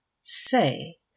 Say